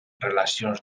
relacions